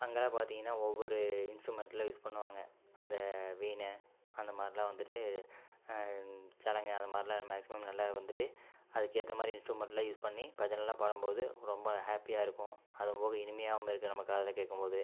அங்கேலாம் பார்த்தீங்கன்னா ஒவ்வொரு இன்ஸ்ட்ரூமெண்ட்லாம் யூஸ் பண்ணுவாங்க அந்த வீண அந்த மாதிரிலாம் வந்துட்டு சலங்க அந்த மாதிரிலாம் மேக்ஸிமம் நல்லா வந்துட்டு அதுக்கேற்ற மாதிரி இன்ஸ்ட்ரூமெண்ட்லாம் யூஸ் பண்ணி பஜனலாம் பாடம்போது ரொம்ப ஹேப்பியாக இருக்கும் அதுவும் போக இனிமையாவும் இருக்கும் நம்ம காதில் கேட்கம் போது